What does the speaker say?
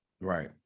right